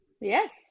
Yes